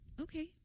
okay